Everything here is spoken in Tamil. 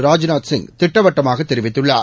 ராஜ்நாத் சிங் திட்டவட்டமாக தெரிவித்துள்ளார்